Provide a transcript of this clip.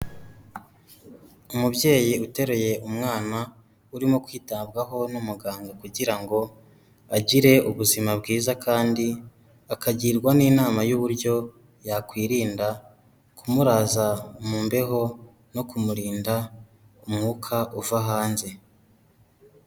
Umubyeyi utereye umwana urimo kwitabwaho n' umuganga kugira ngo agire ubuzima bwiza, kandi akagirwa n' inama y' uburyo yakwirinda kumuraza m’ imbeho no kumurinda umwuka uva hanze.